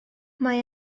mae